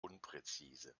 unpräzise